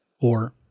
or,